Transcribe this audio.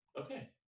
Okay